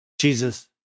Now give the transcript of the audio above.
Jesus